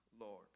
Lord